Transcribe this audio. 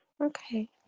Okay